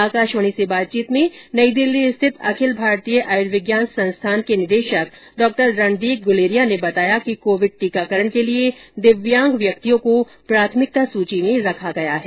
आकाशवाणी से बातचीत में नई दिल्ली स्थित अखिल भारतीय आयुर्विज्ञान संस्थान के निदेशक डॉक्टर रणदीप गुलेरिया ने बताया कि कोविड टीकाकरण के लिए दिव्यांग व्यक्तियों को प्राथमिकता सूची में रखा गया है